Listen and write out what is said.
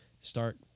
start